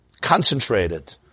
concentrated